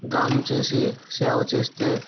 దానం చేసి సేవ చేస్తే